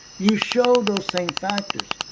you show those same factors.